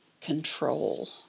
control